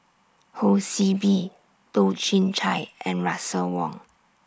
Ho See Beng Toh Chin Chye and Russel Wong